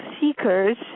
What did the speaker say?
seeker's